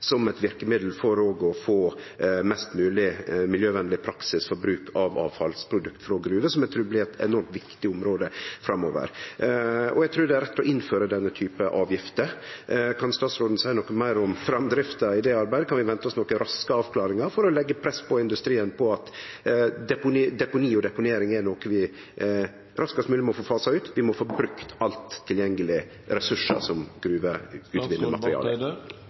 som eit verkemiddel for òg å få mest mogleg miljøvenleg praksis for bruk av avfallsprodukt frå gruver, noko eg trur blir eit enormt viktig område framover. Eg trur det er rett å innføre denne typen avgifter. Kan statsråden seie noko meir om framdrifta i det arbeidet? Kan vi vente oss nokre raske avklaringar for å leggje press på industrien om at deponi og deponering er noko vi raskast mogleg må få fasa ut? Vi må få brukt alt av dei tilgjengelege ressursane, som